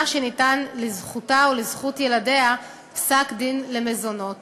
שניתן לזכותה או לזכות ילדיה פסק-דין למזונות